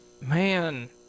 Man